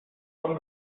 von